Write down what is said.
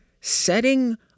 Setting